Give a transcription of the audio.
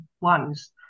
ones